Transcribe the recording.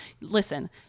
Listen